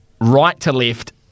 right-to-left